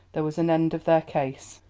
there was an end of their case.